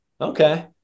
okay